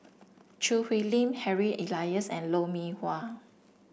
Choo Hwee Lim Harry Elias and Lou Mee Wah